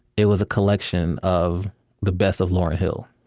it was a collection of the best of lauryn hill.